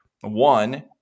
One